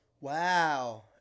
Wow